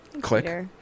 Click